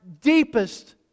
deepest